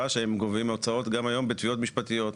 שהם גובים הוצאות גם היום בתביעות משפטיות.